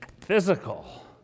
physical